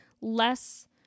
less